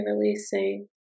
releasing